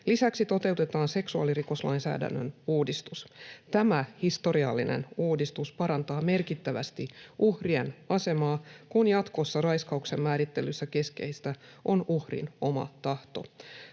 Lisäksi toteutetaan seksuaalirikoslainsäädännön uudistus. Tämä historiallinen uudistus parantaa merkittävästi uhrien asemaa, kun jatkossa raiskauksen määrittelyssä keskeistä on uhrin oma tahto.